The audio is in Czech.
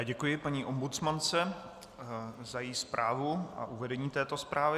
Děkuji paní ombudsmance za její zprávu a uvedení této zprávy.